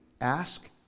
ask